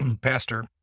pastor